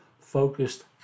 focused